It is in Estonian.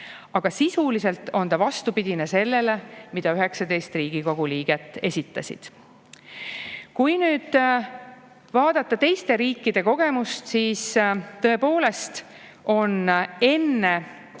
Aga sisuliselt on see vastupidine sellele, mille 19 Riigikogu liiget esitasid. Kui vaadata teiste riikide kogemust, siis [näeme, et] enne